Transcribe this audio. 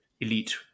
elite